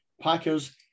Packers